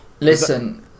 listen